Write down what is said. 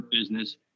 business